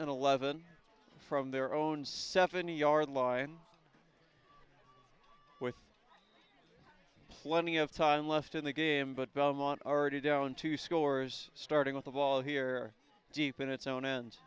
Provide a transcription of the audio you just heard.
in eleven from their own seventy yard line with plenty of time left in the game but belmont already down two scores starting with the ball here deep in its own end